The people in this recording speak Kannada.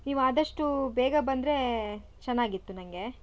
ನೀವು ಆದಷ್ಟು ಬೇಗ ಬಂದರೆ ಚೆನ್ನಾಗಿತ್ತು ನನ್ಗೆ